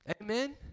Amen